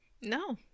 No